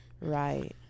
right